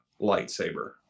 lightsaber